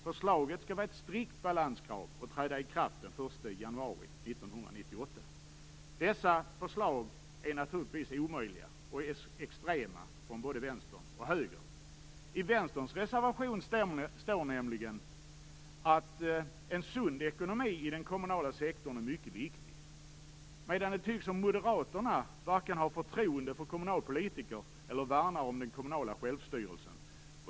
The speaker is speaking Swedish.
Förslaget skall vara ett strikt balanskrav och träda i kraft den Dessa förslag är naturligtvis omöjliga och extrema från både vänstern och högern. I vänsterns reservation står nämligen också att en sund ekonomi i den kommunala sektorn är mycket viktig, medan det tycks som om moderaterna varken har förtroende för kommunalpolitiker eller värnar om den kommunala självstyrelsen.